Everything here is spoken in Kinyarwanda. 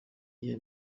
iyihe